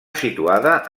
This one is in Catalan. situada